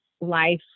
life